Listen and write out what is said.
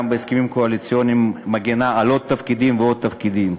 וגם בהסכמים הקואליציוניים מגינה על עוד תפקידים ועוד תפקידים.